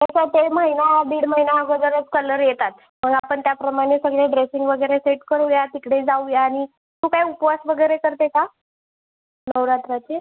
तसा ते महिना दीड महिना अगोदरच कलर येतात मग आपण त्याप्रमाणे सगळे ड्रेसिंग वगैरे सेट करूया तिकडे जाऊया आणि तू काय उपवास वगैरे करते का नवरात्राचे